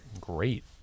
great